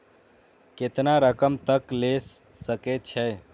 केतना रकम तक ले सके छै?